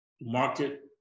market